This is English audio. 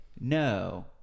no